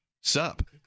sup